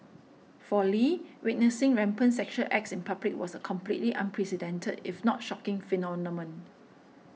for Lee witnessing rampant sexual acts in public was a completely unprecedented if not shocking phenomenon